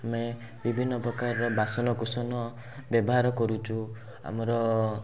ଆମେ ବିଭିନ୍ନ ପ୍ରକାରର ବାସନକୁସନ ବ୍ୟବହାର କରୁଛୁ ଆମର